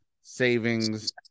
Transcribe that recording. savings